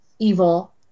evil